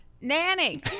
Nanny